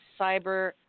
cyber